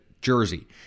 jersey